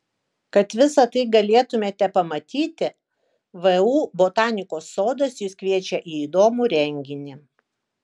kad visa tai galėtumėte pamatyti vu botanikos sodas jus kviečia į įdomų renginį